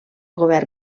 govern